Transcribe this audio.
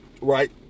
Right